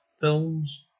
films